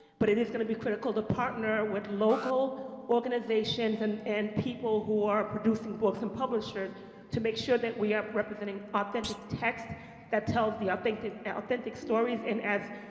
but it is going to be critical to partner with local organizations and and people who are producing books and publisher to make sure that we are representing authentic text that tells the authentic authentic stories. and as,